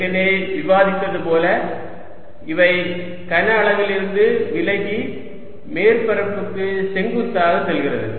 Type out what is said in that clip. ஏற்கனவே விவாதித்தது போல இவை கனஅளவிலிருந்து விலகி மேற்பரப்புக்கு செங்குத்தாக செல்கிறது